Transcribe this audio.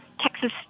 Texas